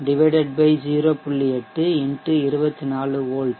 8 X 24 V 0